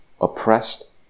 Oppressed